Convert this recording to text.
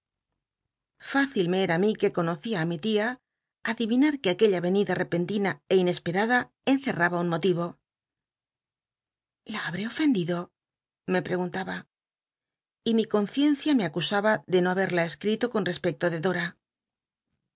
me era á mi que conocía mi tia adivinar que aquella r enida tepentina é inesperada encerraba un motivo i a habré ofendido me preguntaba y mi conciencia me acusaba e le no haberla escrito con respecto de dora